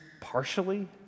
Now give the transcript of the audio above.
partially